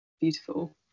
beautiful